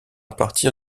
partir